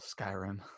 Skyrim